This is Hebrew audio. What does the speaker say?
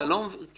אתה לא מבין,